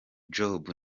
job